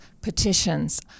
petitions